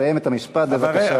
סיים את המשפט בבקשה.